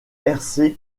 ferma